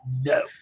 no